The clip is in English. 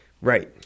Right